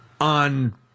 on